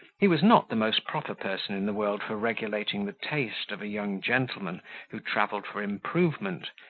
he was not the most proper person in the world for regulating the taste of a young gentleman who travelled for improvement,